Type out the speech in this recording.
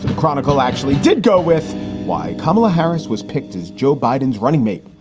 and chronicle actually did go with y. kamala harris was picked as joe biden's running mate.